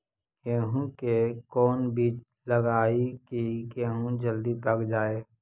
गेंहू के कोन बिज लगाई कि गेहूं जल्दी पक जाए?